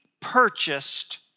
purchased